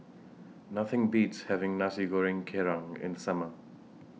Nothing Beats having Nasi Goreng Kerang in The Summer